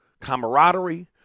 camaraderie